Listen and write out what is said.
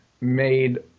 made